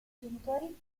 genitori